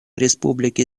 республики